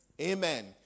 Amen